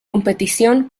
competición